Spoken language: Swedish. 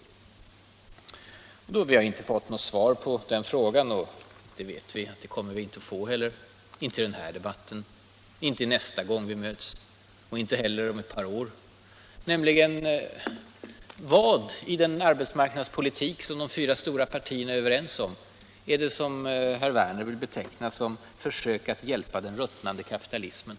På en fråga har jag inte fått något svar från vpk — och vi vet att vi inte kommer att få det, varken i den här debatten eller nästa gång vi möts och inte heller om ett par år — nämligen frågan om vad det är i den arbetsmarknadspolitik som de fyra stora partierna är överens om som herr Werner vill beteckna som försök att hjälpa ”den ruttnande kapitalismen”.